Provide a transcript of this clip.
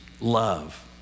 love